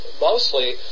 mostly